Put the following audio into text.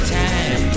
time